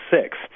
six